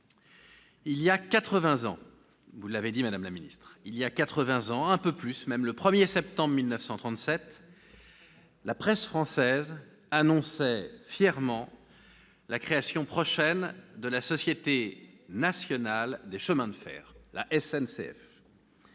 ans, un peu plus même, le 1 septembre 1937, la presse française annonçait fièrement la création prochaine de la Société nationale des chemins de fer français,